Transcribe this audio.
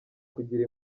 kugira